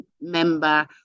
member